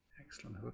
Excellent